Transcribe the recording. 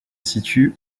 situe